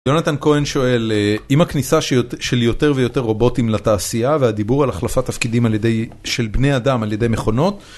יונתן כהן שואל, עם הכניסה של יותר ויותר רובוטים לתעשייה והדיבור על החלפת תפקידים של בני אדם על ידי מכונות